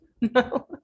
No